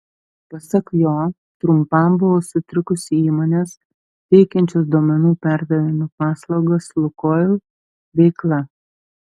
pasak jo trumpam buvo sutrikusi įmonės teikiančios duomenų perdavimo paslaugas lukoil veikla